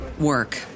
work